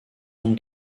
ondes